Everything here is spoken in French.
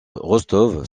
rostov